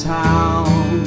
town